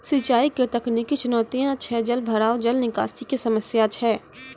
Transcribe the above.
सिंचाई के तकनीकी चुनौतियां छै जलभराव, जल निकासी के समस्या छै